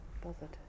bothered